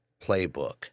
playbook